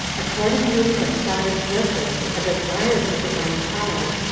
accordingly, when cyrus read this, and admired the divine power,